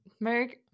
Merry